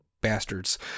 bastards